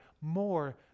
more